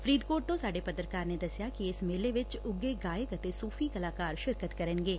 ਫਰੀਦਕੋਟ ਤੋਂ ਸਾਡੇ ਪੱਤਰਕਾਰ ਨੇ ਦਸਿਆ ਕਿ ਇਸ ਮੇਲੇ ਵਿਚ ਉੱਗੇ ਗਾਇਕ ਤੇ ਸੂਫੀ ਕਲਾਕਾਰ ਸ਼ਿਰਕਤ ਕਰਨਗੇ